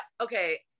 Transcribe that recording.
okay